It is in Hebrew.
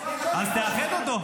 ,,\--- אז תאחד אותו.